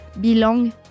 belong